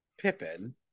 Pippin